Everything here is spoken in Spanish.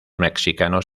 mexicanos